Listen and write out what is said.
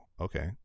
okay